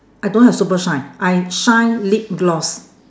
I don't have super shine I shine lip gloss